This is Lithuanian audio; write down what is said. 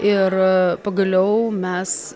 ir pagaliau mes